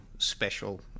special